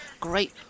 great